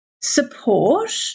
support